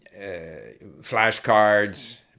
flashcards